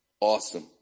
awesome